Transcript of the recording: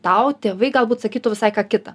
tau tėvai galbūt sakytų visai ką kita